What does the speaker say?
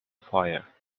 fire